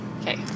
Okay